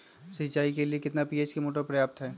सिंचाई के लिए कितना एच.पी मोटर पर्याप्त है?